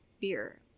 beer